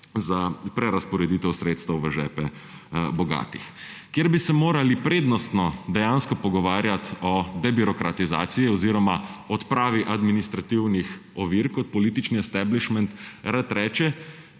za prerazporeditev sredstev v žepe bogatih. Kjer bi se morali prednostno dejansko pogovarjati o debirokratizaciji oziroma odpravi administrativnih ovir, kot politični establishment rad reče,